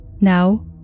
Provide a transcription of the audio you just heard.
Now